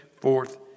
forth